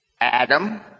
Adam